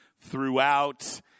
throughout